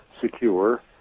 secure